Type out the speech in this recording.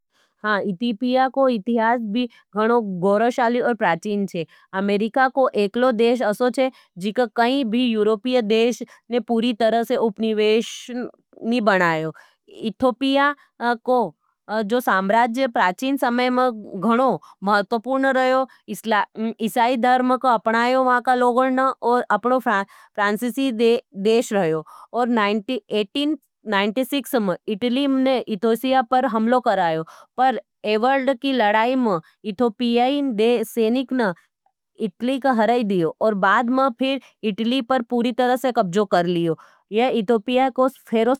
अमेरिका को इतिहास भी गणो गोरशाली और प्राचीन है। अमेरिका को एकलो देश असो है जिको काई भी यूरोपिय देश ने पूरी तरह से उपनिवेश नी बनायो। इतोपिया को जो साम्राज्य प्राचीन समय में गणो महतोपूर्ण रहयो, इसाई धर्म को अपनायो वहाँ का लोगण न और अपनो फ्रांसिसी देश रहयो। और ऐटीन नाइन्टी सिक्स में इतिली मने इतोषिया पर हमलो करायो। पर ए वराल्ड की लड़ाई में इतोपिया इन सेनिक न इतिली का हराई दियो। और बादमा फिर इतिली पर पूरी तरह से कब्जों कर लियो। यह इथियोपिया का।